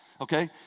okay